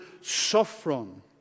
sophron